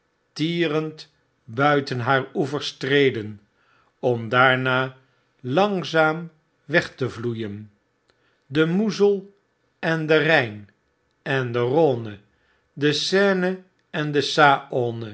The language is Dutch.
tierend buiten haar oevers treden om daarna langzaam weg te vloeien de moezel en de rhyn eti de rhône de seine en de